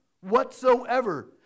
whatsoever